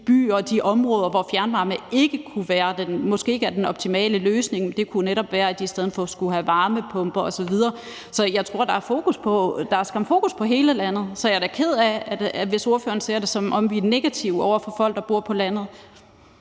byer og de områder, hvor fjernvarme måske ikke er den optimale løsning. Det kunne netop være, at de i stedet for skulle have varmepumper osv. Så der er skam fokus på hele landet, og jeg er da ked af det, hvis spørgeren ser det, som om vi er negative over for folk, der bor på landet.